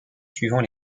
suivant